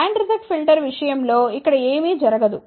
band reject filter విషయం లో ఇక్కడ ఏమీ జరగదు